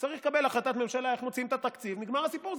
צריך לקבל החלטת ממשלה איך מוצאים את התקציב ונגמר הסיפור.